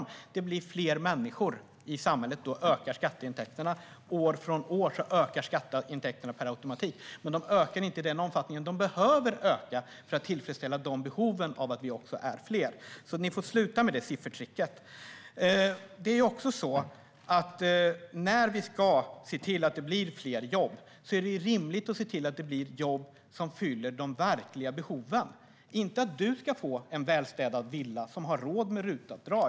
När det blir fler människor i samhället ökar skatteintäkterna. År från år ökar skatteintäkterna per automatik. Men de ökar inte i den omfattning som de behöver för att tillfredsställa behoven då vi blir fler, så ni får sluta med det siffertricket. När vi ska se till att det blir fler jobb är det rimligt att det blir jobb som fyller de verkliga behoven, inte att du, som har råd med RUT-tjänster, ska få en välstädad villa.